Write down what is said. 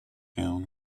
film